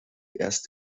erst